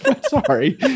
Sorry